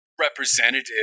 representative